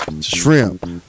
shrimp